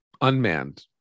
unmanned